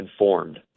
informed